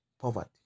poverty